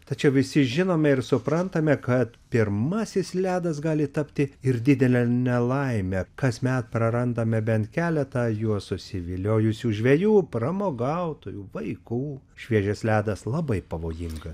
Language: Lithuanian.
tačiau visi žinome ir suprantame kad pirmasis ledas gali tapti ir didele nelaime kasmet prarandame bent keletą juo susiviliojusių žvejų pramogautojų vaikų šviežias ledas labai pavojingas